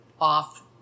off